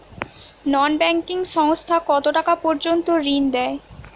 নন banking সংস্থা কতটাকা পর্যন্ত ঋণ দেয়?